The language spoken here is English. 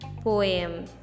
poem